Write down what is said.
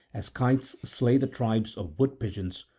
as kites slay the tribes of wood-pigeons,